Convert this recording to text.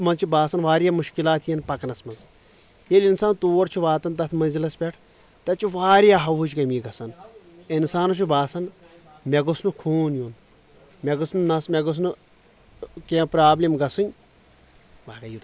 تتھ منٛز چھ باسان واریاہ مُشکِلات یِن پکنس منٛز ییٚلہِ انسان تور چھُ واتان تتھ مٔنٛزلس پٮ۪ٹھ تتہِ چھِ واریاہ ہوہٕچ کٔمی گژھان انسانس چھُ باسان مےٚ گوٚژھ نہٕ خوٗن یُن مےٚ گٔژھ نہٕ نس مےٚ گوٚژھ نہٕ کینٛہہ پرابلِم گژھٕنۍ